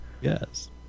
Yes